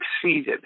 succeeded